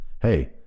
Hey